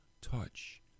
touch